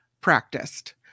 practiced